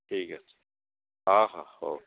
ଠିକ୍ ଅଛି ହଁ ହଁ ହଉ